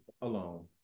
alone